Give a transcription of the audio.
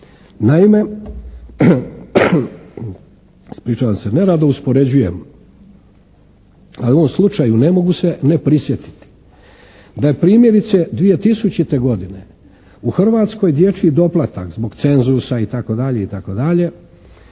Naime, ispričavam se, nerado uspoređujem, ali u ovom slučaju ne mogu se ne prisjetiti da je primjerice 2000. godine u Hrvatskoj dječji doplatak zbog cenzusa itd., itd.,